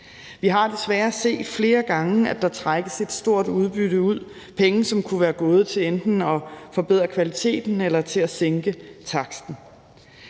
Vi har desværre set flere gange, at der trækkes et stort udbytte ud; penge, som kunne være gået til enten at forbedre kvaliteten eller til at sænke taksten.